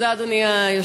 תודה, אדוני היושב-ראש.